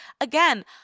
Again